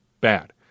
bad